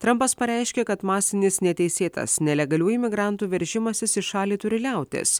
trampas pareiškė kad masinis neteisėtas nelegalių imigrantų veržimasis į šalį turi liautis